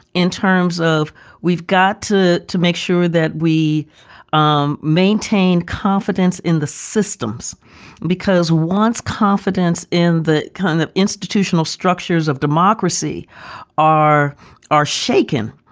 in terms of we've got to to make sure that we um maintain confidence in the systems because wants confidence in the kind of institutional structures of democracy are are shaken,